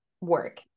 work